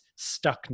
stuckness